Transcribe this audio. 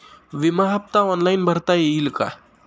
विमा हफ्ता ऑनलाईन भरता येईल का?